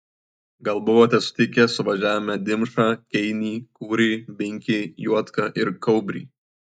gal buvote sutikę suvažiavime dimšą keinį kūrį binkį juodką ir kaubrį